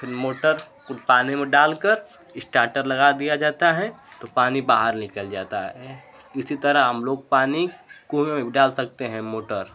फिर मोटर को पानी में डाल कर इष्टार्टर लगा दिया जाता है तो पानी बाहर निकल जाता है इसी तरह हम लोग पानी को डाल सकते हैं मोटर